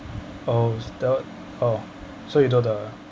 oh the oh so you know the